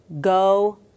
Go